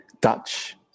Dutch